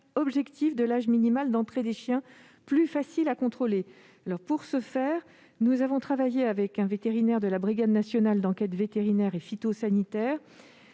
contrôle de l'âge minimal d'entrée des chiots. Pour ce faire, nous avons travaillé avec un vétérinaire de la brigade nationale d'enquête vétérinaire et phytosanitaire.